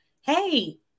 hey